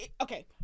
Okay